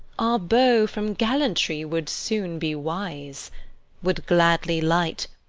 our beaux from gallantry would soon be wise would gladly light,